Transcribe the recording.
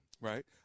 right